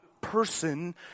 person